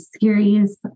series